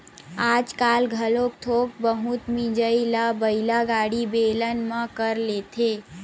आजकाल घलोक थोक बहुत मिजई ल बइला गाड़ी, बेलन म कर लेथे